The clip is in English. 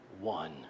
one